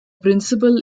principal